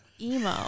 emo